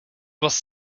was